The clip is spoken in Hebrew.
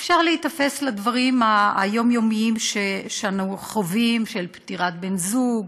אפשר להיתפס לדברים היומיומיים שאנו חווים: של פטירת בן-זוג,